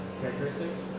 characteristics